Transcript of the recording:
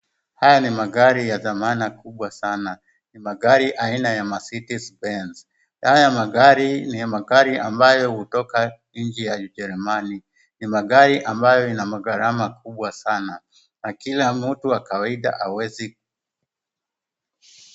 Haya ni magari ya thamana kubwa sana. Ni magari aina ya Mercedes benz. Haya magari ni magari ambayo hutoka nchi ya Ujerumani. Ni magari ambayo ina magarama kubwa sana, na kila mtu wa kawaida hawezi...